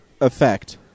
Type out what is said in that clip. effect